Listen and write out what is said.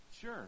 Sure